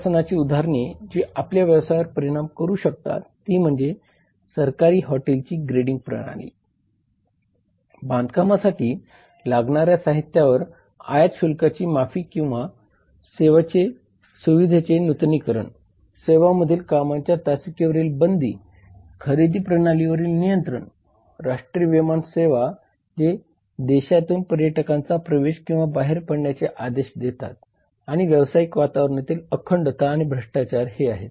प्रशासनाची उदाहरणे जी आपल्या व्यवसायावर परिणाम करू शकतात ती म्हणजे सरकारी हॉटेलची ग्रेडिंग प्रणाली बांधकामासाठी लागणाऱ्या साहित्यावर आयात शुल्माकाची माफी किंवा किंवा सेवा सुविधेचे नूतनीकरण सेवांमधील कामांच्या तासिकेवरील बंदी खरेदी प्रणालीवरील नियंत्रण राष्ट्रीय विमान सेवा जे देशातून पर्यटकांच्या प्रवेश किंवा बाहेर पडण्याचे आदेश देतात आणि व्यावसायिक वातावरणातील अखंडता आणि भ्रष्टाचार हे आहेत